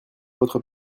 votre